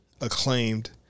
acclaimed